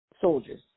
soldiers